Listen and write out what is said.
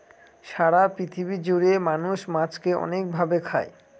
সারা পৃথিবী জুড়ে মানুষ মাছকে অনেক ভাবে খায়